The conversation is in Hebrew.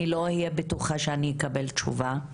אני לא אהיה בטוחה שאני אקבל תשובה,